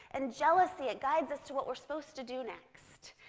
and jealousy, it guides us to what we are supposed to do next,